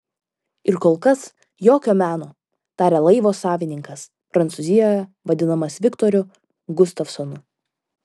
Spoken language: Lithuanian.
ir kol kas jokio meno tarė laivo savininkas prancūzijoje vadinamas viktoru gustavsonu